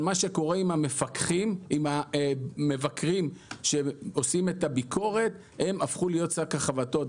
אבל המפקחים שעושים את הביקורת הפכו להיות שק החבטות.